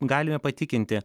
galime patikinti